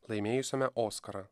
laimėjusiame oskarą